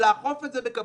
צריך לאכוף את זה בקפדנות